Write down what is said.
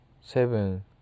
seven